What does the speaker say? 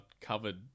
covered